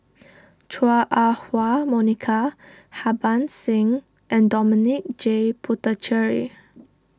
Chua Ah Huwa Monica Harbans Singh and Dominic J Puthucheary